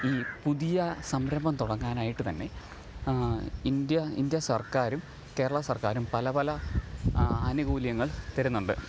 ഈ പുതിയ സംരംഭം തുടങ്ങാനായിട്ടു തന്നെ ഇന്ത്യ ഇന്ത്യ സർക്കാരും കേരളാ സർക്കാരും പല പല ആനുകൂല്യങ്ങൾ തരുന്നുണ്ട്